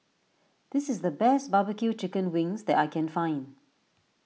this is the best Barbecue Chicken Wings that I can find